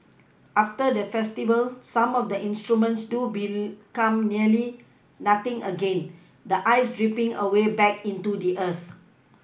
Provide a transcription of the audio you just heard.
after the festival some of the instruments do become nearly nothing again the ice dripPing away back into the earth